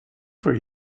for